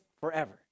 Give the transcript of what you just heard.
forever